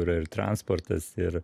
yra ir transportas ir